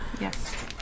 Yes